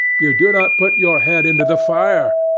you do not put your head into the fire.